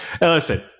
Listen